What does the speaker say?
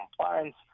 compliance